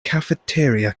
cafeteria